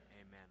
Amen